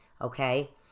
okay